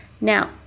Now